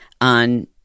on